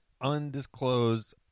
undisclosed